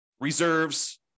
reserves